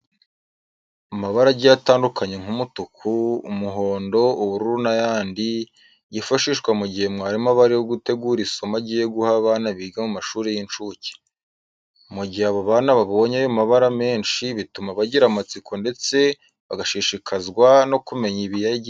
Amabara agiye atandukanye nk'umutuku, umuhondo, ubururu n'ayandi, yifashishwa mu gihe umwarimu aba irimo ategura isomo agiye guha abana biga mu mashuri y'incuke. Mu gihe abo bana babonye ayo mabara menshi bituma bagira amatsiko ndetse bagashishikazwa no kumenya ibiyagize.